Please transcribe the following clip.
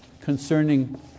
concerning